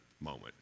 moment